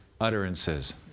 utterances